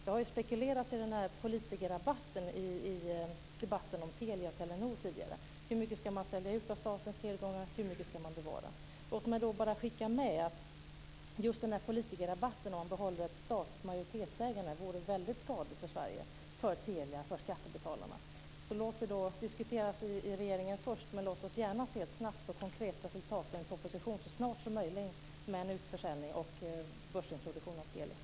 Det har spekulerats i politikerrabatten i debatten om Telia och Telenor tidigare: Hur mycket ska man sälja ut av statens tillgångar, och hur mycket ska man bevara? Låt mig då bara skicka med att just politikerrabatten och detta att behålla ett statligt majoritetsägande vore skadligt för Sverige, för Telia och för skattebetalarna. Låt regeringen diskutera det först, men låt oss gärna se ett snabbt och konkret resultat och en proposition så snart som möjligt om en utförsäljning och börsintroduktion av Telia.